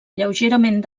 lleugerament